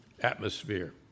atmosphere